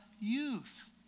youth